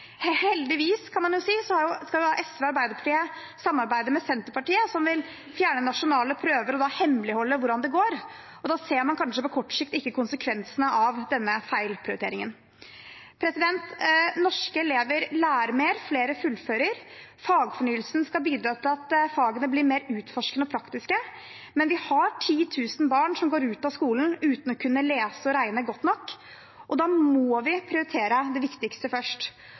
Heldigvis, kan man si, skal SV og Arbeiderpartiet samarbeide med Senterpartiet, som vil fjerne nasjonale prøver og hemmeligholde hvordan det går, og da ser man kanskje på kort sikt ikke konsekvensene av denne feilprioriteringen. Norske elever lærer mer, flere fullfører, og fagfornyelsen skal bidra til at fagene blir mer utforskende og praktiske, men vi har 10 000 barn som går ut av skolen uten å kunne lese og regne godt nok. Da må vi prioritere det viktigste først.